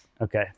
Okay